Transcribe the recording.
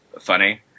funny